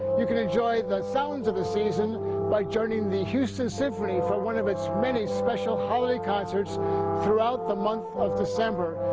you can enjoy the sounds of the season by joining the houston symphony for one of its many special holiday concerts throughout the month of december,